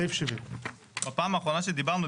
סעיף 70. בפעם האחרונה שדיברנו,